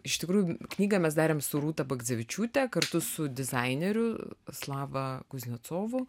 iš tikrųjų knygą mes darėm su rūta bagdzevičiūtė kartu su dizaineriu slava kuznecovu